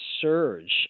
surge